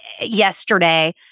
yesterday